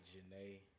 Janae